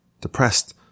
depressed